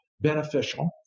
beneficial